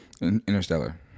Interstellar